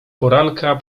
poranka